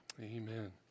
amen